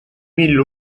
mil